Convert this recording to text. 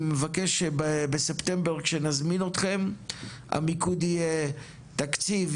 ואני מבקש שבספטמבר כשנזמין אתכם המיקוד יהיה תקציב,